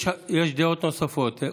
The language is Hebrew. יש דעות נוספות.